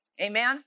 Amen